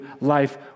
life